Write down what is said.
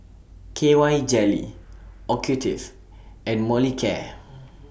K Y Jelly Ocutive and Molicare